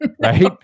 Right